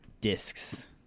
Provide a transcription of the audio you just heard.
discs